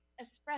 Espresso